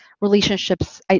relationships